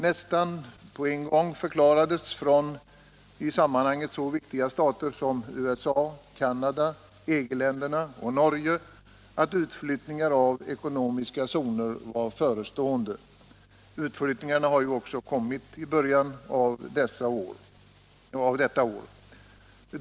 Nästan på en gång förklarades från i sammanhanget så viktiga stater som USA, Canada, EG-länderna och Norge att utflyttningar av ekonomiska zoner var förestående. Utflyttningarna har ju också skett i början av detta år.